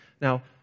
Now